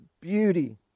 beauty